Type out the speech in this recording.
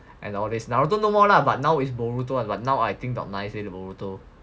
and all this Naruto no more lah but now is Boruto and but now I think about not nice leh Boruto